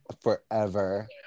forever